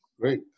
Great